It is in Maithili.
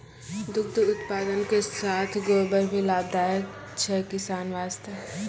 दुग्ध उत्पादन के साथॅ गोबर भी लाभदायक छै किसान वास्तॅ